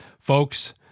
Folks